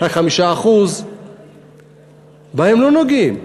רק 5%. בהם לא נוגעים.